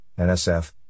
NSF